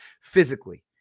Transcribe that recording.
physically